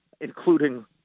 including